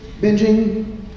binging